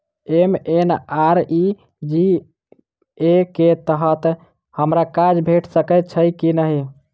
MNREGA कऽ तहत हमरा काज भेट सकय छई की नहि?